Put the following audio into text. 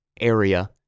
area